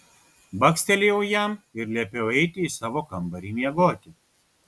bakstelėjau jam ir liepiau eiti į savo kambarį miegoti